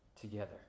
together